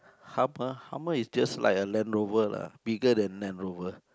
hummer hummer is just like a land rover lah bigger than land rover